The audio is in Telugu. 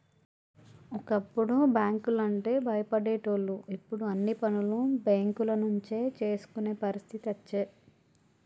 ఒకప్పుడు బ్యాంకు లంటే భయపడేటోళ్లు ఇప్పుడు అన్ని పనులు బేంకుల నుంచే చేసుకునే పరిస్థితి అచ్చే